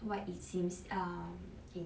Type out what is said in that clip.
what it seems err in